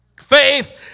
Faith